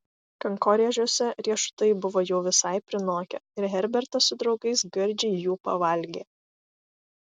kankorėžiuose riešutai buvo jau visai prinokę ir herbertas su draugais gardžiai jų pavalgė